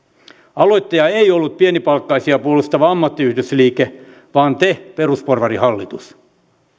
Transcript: aloittaja ei ollut pienipalkkaisia puolustava ammattiyhdistysliike vaan te perusporvarihallitus